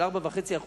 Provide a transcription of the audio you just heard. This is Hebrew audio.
של 4.5%,